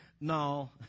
No